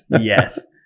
yes